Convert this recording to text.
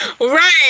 right